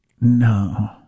No